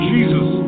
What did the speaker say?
Jesus